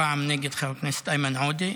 הפעם נגד חבר הכנסת איימן עודה.